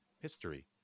history